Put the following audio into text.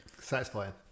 satisfying